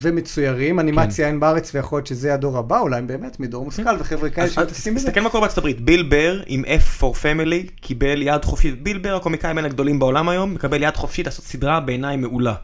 ומצוירים אנימציה אין בארץ ויכול להיות שזה הדור הבא אולי באמת מדור מושכל וחברה כאלה שעושים את זה. תסתכל מה קורה בארה״ב בילבר עם f4family קיבל יד חופשית ביל בר בין הקומיקאים הגדולים בעולם היום מקבל יד חופשית לעשות סדרה בעיניי מעולה.